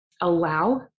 allow